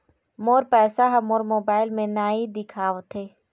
मोर पैसा ह मोर मोबाइल में नाई दिखावथे